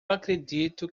acredito